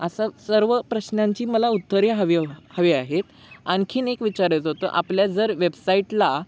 असा सर्व प्रश्नांची मला उत्तरे हवी हवी आहेत आणखीन एक विचारायचं होतं आपल्या जर वेबसाईटला